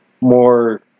more